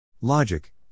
Logic